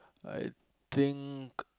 I think